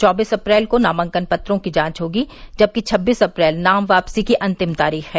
चौबीस अप्रैल को नामांकन पत्रों की जांच होगी जबकि छबीस अप्रैल नाम वापसी की अंतिम तारीख है